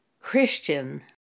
Christian